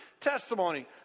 testimony